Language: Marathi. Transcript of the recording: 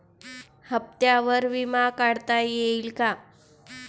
हप्त्यांवर विमा काढता येईल का?